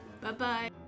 Bye-bye